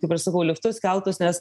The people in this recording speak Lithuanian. kaip aš sakau liftus keltus nes